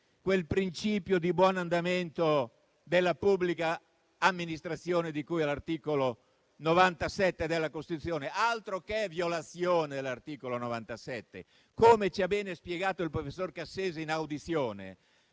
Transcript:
quel principio di buon andamento della pubblica amministrazione, di cui all'articolo 97 della Costituzione? Altro che violazione dell'articolo 97! Come ci ha bene spiegato il professor Cassese in audizione,